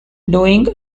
doing